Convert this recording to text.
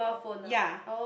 ya